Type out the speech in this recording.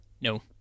No